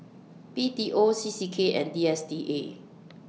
B T O C C K and D S T A